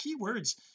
keywords